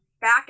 back